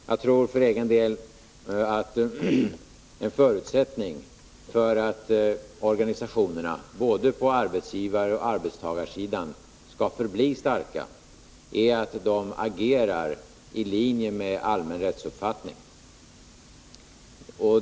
Jag tror för egen del att en förutsättning för att organisationerna både på arbetsgivarsidan och på arbetstagarsidan skall förbli starka är att de agerar i linje med allmän rättsuppfattning.